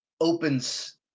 opens